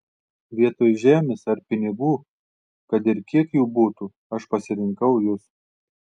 vietoj žemės ar pinigų kad ir kiek jų būtų aš pasirinkau jus